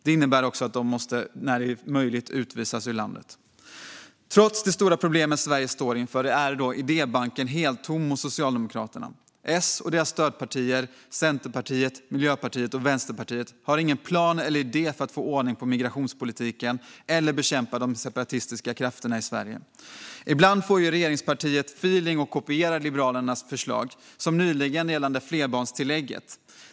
Det innebär också att de, när det är möjligt, måste utvisas ur landet. Trots de stora problem som Sverige står inför är idébanken helt tom hos Socialdemokraterna. S och deras stödpartier, Centerpartiet, Miljöpartiet och Vänsterpartiet, har ingen plan eller idé för att få ordning på migrationspolitiken eller bekämpa de separatistiska krafterna i Sverige. Ibland får regeringspartiet feeling och kopierar Liberalernas förslag, som nyligen gällande flerbarnstillägget.